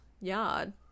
yard